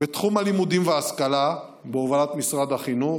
בתחום הלימודים וההשכלה, בהובלת משרד החינוך,